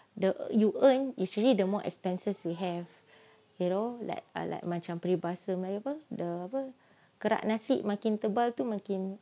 the you earn actually the more expenses we have you know like uh like macam peribahasa melayu apa the apa kerak nasi makin tebal makin